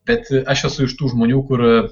bet aš esu iš tų žmonių kur